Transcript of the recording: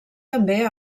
també